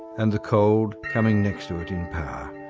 and the cold coming next to it in power.